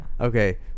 Okay